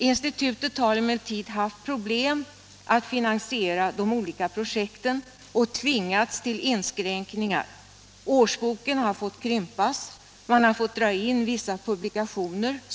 Institutet har emellertid haft problem att finansiera de olika projekten och tvingats ti!l inskränkningar. Årsboken har fått krympas, man har fått dra in vissa publikationer.